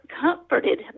comforted